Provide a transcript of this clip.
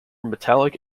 metallic